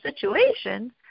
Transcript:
situation